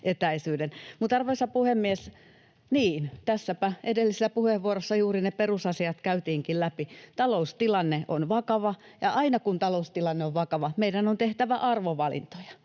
Arvoisa puhemies! Niin, tässäpä edellisessä puheenvuorossa juuri ne perusasiat käytiinkin läpi. Taloustilanne on vakava, ja aina kun taloustilanne on vakava, meidän on tehtävä arvovalintoja.